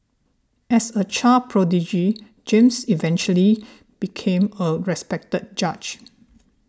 as a child prodigy James eventually became a respected judge